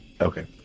Okay